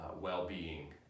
well-being